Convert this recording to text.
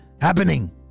happening